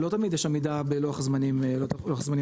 לא תמיד יש עמידה בלוח הזמנים המדויק,